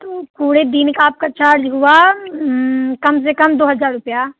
तो पुरे दिन का आपका चार्ज हुआ कम से कम दो हज़ार रुपये